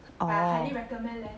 oh